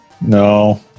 No